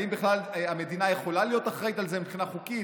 האם בכלל המדינה יכולה להיות אחראית על זה מבחינה חוקית,